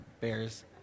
bears